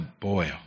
boil